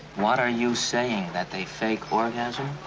what are you saying, that they fake orgasm?